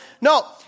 No